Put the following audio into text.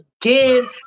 again